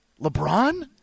LeBron